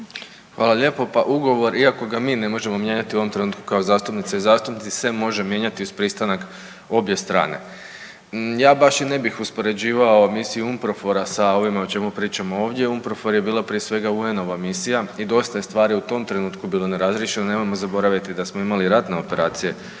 Hvala lijepo. Pa ugovor iako ga mi ne možemo mijenjati u ovom trenutku kao zastupnice i zastupnici se može mijenjati uz pristanak obje strane. Ja baš i ne bih uspoređivao misiju UNPROFOR-a sa ovime o čemu pričamo ovdje, UNPROFOR je bila prije svega UN-ova misija i dosta je stvari u tom trenutku bilo nerazriješeno. Nemojmo zaboraviti da smo imali ratne operacije